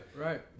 right